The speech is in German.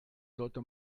sollte